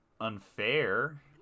unfair